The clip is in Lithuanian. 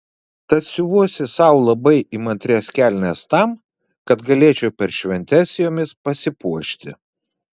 tad siuvuosi sau labai įmantrias kelnes tam kad galėčiau per šventes jomis pasipuošti